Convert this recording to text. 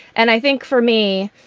and i think for me,